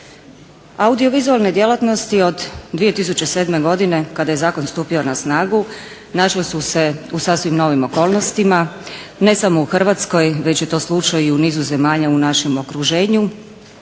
audiovizualnim djelatnosti od 2007. godine kada je zakon stupio na snagu našle su se u sasvim novim okolnostima ne samo u Hrvatskoj već je to slučaj u nizu zemalja u našem okruženju,